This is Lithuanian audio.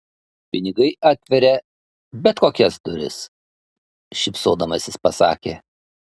pinigai atveria bet kokias duris šypsodamasis pasakė